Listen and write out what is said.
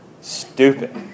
stupid